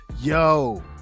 yo